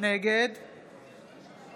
נגד